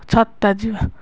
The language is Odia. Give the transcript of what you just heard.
ଛତା ଯିବା